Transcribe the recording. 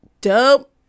dope